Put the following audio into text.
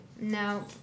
No